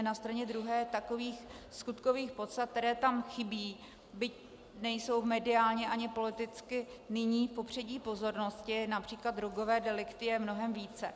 Na straně druhé takových skutkových podstat, které tam chybí, byť nejsou mediálně ani politicky nyní v popředí pozornosti, např. drogové delikty, je mnohem více.